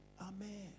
amen